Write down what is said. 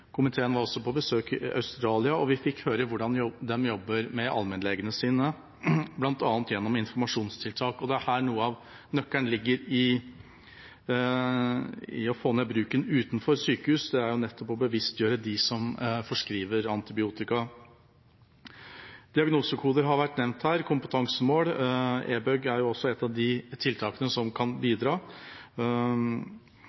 Komiteen var på besøk i Australia, og vi fikk høre hvordan de jobber med allmennlegene sine, bl.a. gjennom informasjonstiltak. Og det er her noe av nøkkelen ligger når det gjelder å få ned bruken utenfor sykehus – det er nettopp gjennom å bevisstgjøre dem som forskriver antibiotika. Diagnosekoder har vært nevnt her, og kompetansemål. e-Bug er jo også et av de tiltakene som kan bidra